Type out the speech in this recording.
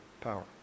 power